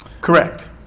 Correct